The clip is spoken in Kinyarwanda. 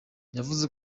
yavuze